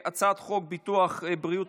הצעת חוק הביטוח הלאומי (תיקון,